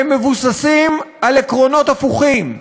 הן מבוססות על עקרונות הפוכים.